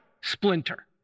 splinter